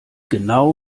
genau